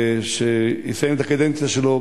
שיסיים את הקדנציה שלו,